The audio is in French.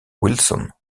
wilson